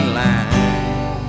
line